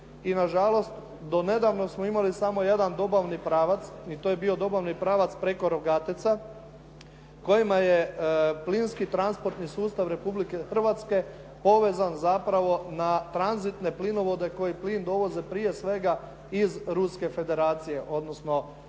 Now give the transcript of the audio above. i na žalost, do nedavno smo imali samo jedan dobavni pravac i to je bio dobavni pravac preko Rogateca kojime je plinski transportni sustav Republike Hrvatske povezan zapravo na tranzitne plinovode koji plin dovoze, prije svega iz ruske federacije, odnosno tog